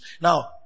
Now